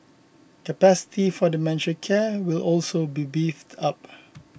capacity for dementia care will also be beefed up